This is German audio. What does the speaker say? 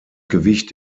gewicht